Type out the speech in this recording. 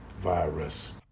virus